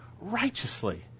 righteously